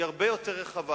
היא הרבה יותר רחבה.